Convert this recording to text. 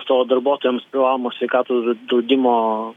savo darbuotojams privalomo sveikatos draudimo